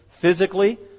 physically